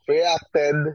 reacted